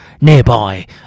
Nearby